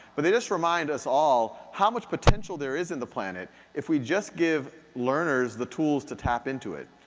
but they just remind us all how much potential there is in the planet if we just give learners the tools to tap into it.